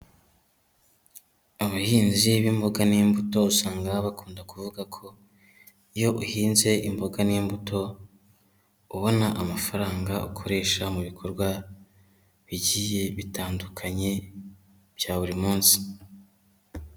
Abahinzi b'imboga n'imbuto usanga bakunda kuvuga ko iyo uhinze imboga n'imbuto, ubona amafaranga ukoresha mu bikorwa bigiye bitandukanye bya buri munsi.